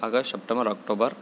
August September October